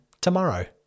tomorrow